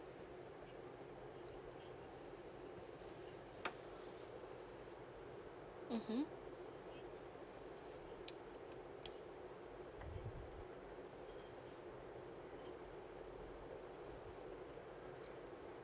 mmhmm